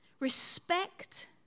respect